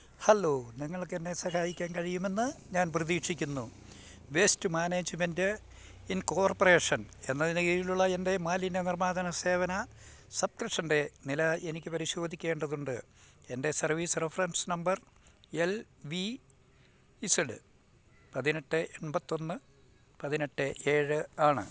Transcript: hello നിങ്ങൾക്കെന്നെ സഹായിക്കാൻ കഴിയുമെന്ന് ഞാൻ പ്രതീക്ഷിക്കുന്നു വേസ്റ്റ് മാനേജ്മെന്റ് ഇൻ കോർപ്പറേഷൻ എന്നതിന് കീഴിലുള്ള എന്റെ മാലിന്യ നിർമ്മാർജന സേവന സബ്സ്ക്രിപ്ഷന്റെ നില എനിക്ക് പരിശോധിക്കേണ്ടതുണ്ട് എന്റെ service reference number L V Z പതിനെട്ട് എണ്പത്തിയൊന്ന് പതിനെട്ട് ഏഴ് ആണ്